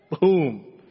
Boom